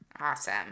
Awesome